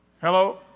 Hello